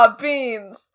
beans